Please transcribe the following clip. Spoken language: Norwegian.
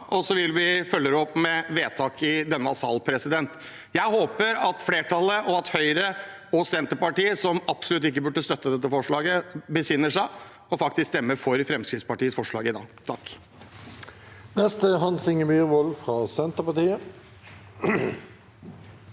og vi vil følge det opp med vedtak i denne salen. Jeg håper at flertallet – spesielt Høyre og Senterpartiet, som absolutt ikke burde støtte dette forslaget – besinner seg og faktisk stemmer for Fremskrittspartiets forslag i dag. Hans